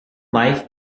life